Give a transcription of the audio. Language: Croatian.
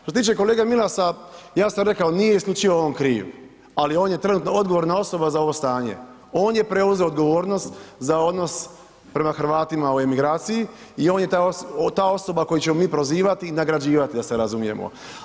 Što se tiče kolege Milasa, nije isključivo on kriv, ali on je trenutno odgovorna osoba za ovo stanje, on je preuzeo odgovornost za odnos prema Hrvatima u emigraciji i on je ta osoba koju ćemo mi prozivati i nagrađivati da se razumijemo.